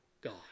God